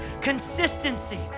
Consistency